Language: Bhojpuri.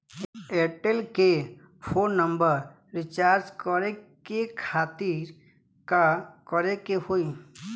एयरटेल के फोन नंबर रीचार्ज करे के खातिर का करे के होई?